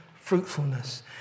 fruitfulness